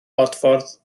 bodffordd